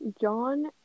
John